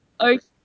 Okay